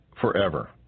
forever